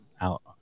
out